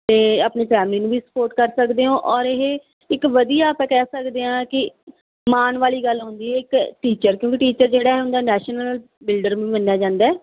ਅਤੇ ਆਪਣੀ ਫੈਮਿਲੀ ਨੂੰ ਵੀ ਸਪੋਰਟ ਕਰ ਸਕਦੇ ਹੋ ਔਰ ਇਹ ਇੱਕ ਵਧੀਆ ਆਪਾਂ ਕਹਿ ਸਕਦੇ ਹਾਂ ਕਿ ਮਾਣ ਵਾਲੀ ਗੱਲ ਹੁੰਦੀ ਹੈ ਇੱਕ ਟੀਚਰ ਕਿਉਂਕਿ ਟੀਚਰ ਜਿਹੜਾ ਹੁੰਦਾ ਨੈਸ਼ਨਲ ਬਿਲਡਰ ਨੂੰ ਮੰਨਿਆ ਜਾਂਦਾ